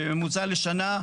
בממוצע לשנה,